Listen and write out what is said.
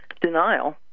denial